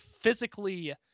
physically